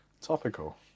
Topical